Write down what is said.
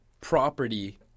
property